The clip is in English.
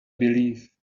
believe